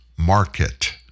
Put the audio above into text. market